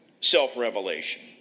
self-revelation